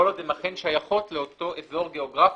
כל עוד הן אכן שייכות לאותו אזור גיאוגרפי,